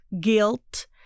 guilt